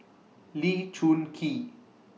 Lee Choon Kee